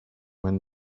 when